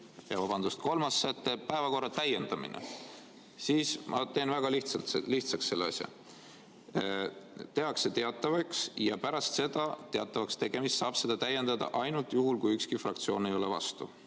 vabandust, ka kolmas säte, päevakorra täiendamine –, siis – ma teen väga lihtsaks selle asja –, tehakse [päevakord] teatavaks ja pärast teatavaks tegemist saab seda täiendada ainult juhul, kui ükski fraktsioon ei ole vastu,